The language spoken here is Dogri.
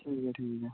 ठीक ऐ ठीक ऐ